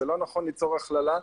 זה לא נכון ליצור הכללה.